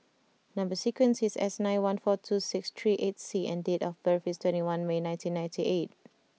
number sequence is S nine one four two six three eight C and date of birth is twenty one May nineteen ninety eight